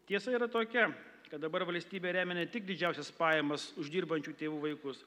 tiesa yra tokia kad dabar valstybė remia ne tik didžiausias pajamas uždirbančių tėvų vaikus